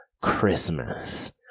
Christmas